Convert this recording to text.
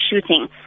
shooting